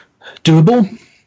doable